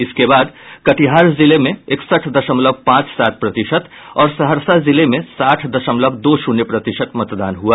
इसके बाद कटिहार जिले में इकसठ दशमलव पांच सात प्रतिशत और सहरसा जिले में साठ दशमलव दो शून्य प्रतिशत मतदान हुआ